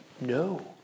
No